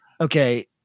okay